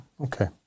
okay